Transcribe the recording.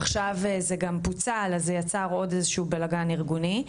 עכשיו זה גם פוצל וזה יצר עוד בלגן אירגוני,